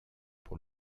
pour